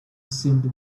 seemed